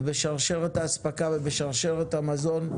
ובשרשרת האספקה ובשרשרת המזון,